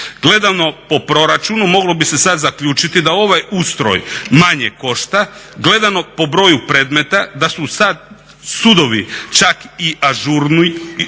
Gledano po proračunu moglo bi se sad zaključiti da ovaj ustroj manje košta, gledano po broju predmeta da su sad sudovi čak i ažurniji